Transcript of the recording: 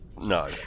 No